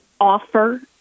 offer